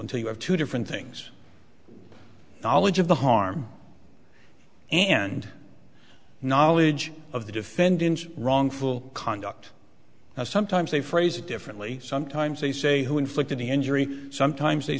until you have two different things knowledge of the harm and knowledge of the defendant's wrongful conduct and sometimes they phrase it differently sometimes they say who inflicted the injury sometimes they